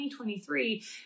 2023